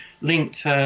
linked